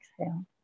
exhale